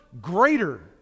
greater